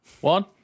One